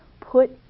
put